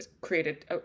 created